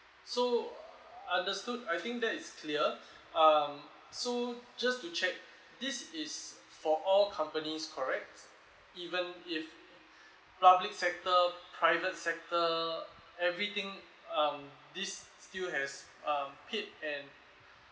so understood I think that is clear um so just to check this is for all companies correct even if public sector private sector everything um this still has um paid and